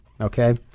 okay